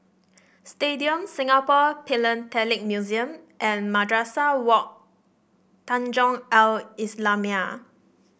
Stadium Singapore Philatelic Museum and Madrasah Wak Tanjong Al Islamiah